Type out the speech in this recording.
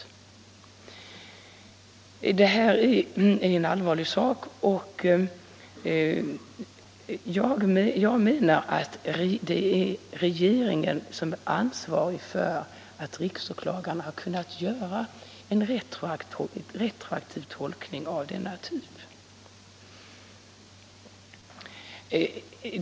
Det här är en allvarlig sak, och jag menar att det är regeringen som är ansvarig för att riksåklagaren har kunnat göra en retroaktiv tolkning av denna typ.